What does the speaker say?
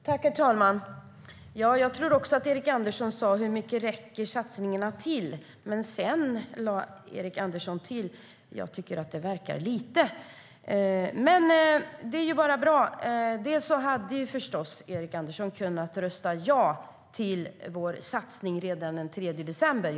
Herr talman! Jag tror också att Erik Andersson frågade hur mycket satsningarna räcker till. Men sedan lade Erik Andersson till att han tyckte att det verkade vara lite. Erik Andersson hade förstås kunnat rösta ja till vår satsning redan den 3 december.